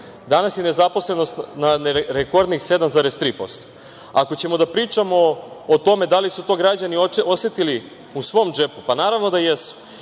24%.Danas je nezaposlenost na rekordnih 7,3%. Ako ćemo da pričamo o tome da li su to građani osetili u svom džepu, pa naravno da jesu,